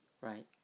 Right